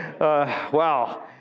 Wow